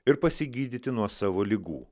ir pasigydyti nuo savo ligų